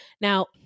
Now